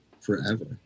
forever